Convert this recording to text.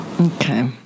Okay